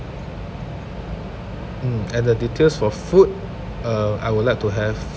mm and the details for food uh I would like to have